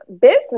business